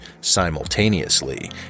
Simultaneously